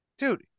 Dude